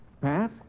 Pat